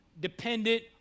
dependent